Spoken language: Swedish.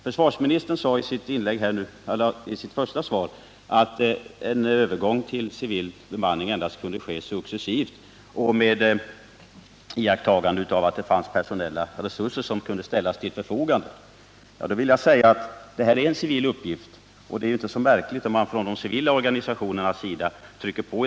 Försvarsministern sade i sitt svar att en övergång till civil bemanning endast kan ske successivt under förutsättning att personella resurser kunde ställas till förfogande. Men det här är en civil uppgift, och det är inte så märkligt om de civila fackliga organisationerna trycker på.